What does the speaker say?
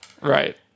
right